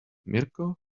mirco